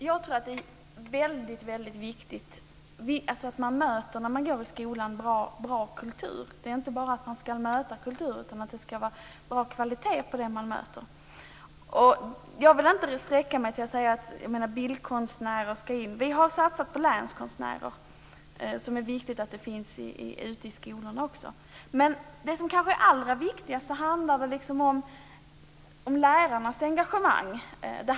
Fru talman! När man går i skolan är det viktigt att man möter bra kultur med god kvalitet. Jag vill inte sträcka mig så långt som att säga att bildkonstnärer ska in i skolan som lärare. Vi har satsat på att det ska finnas länskonstnärer ute på skolorna. Det kanske allra viktigaste är lärarnas engagemang.